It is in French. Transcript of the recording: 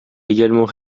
également